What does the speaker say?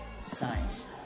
science